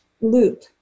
loop